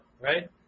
right